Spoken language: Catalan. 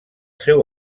seu